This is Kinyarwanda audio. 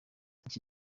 iki